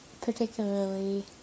particularly